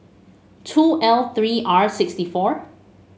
two L three R sixty four